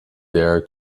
dare